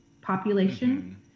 population